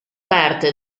parte